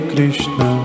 Krishna